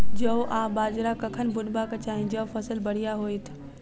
जौ आ बाजरा कखन बुनबाक चाहि जँ फसल बढ़िया होइत?